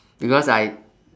because I